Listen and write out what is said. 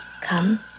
come